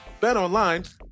BetOnline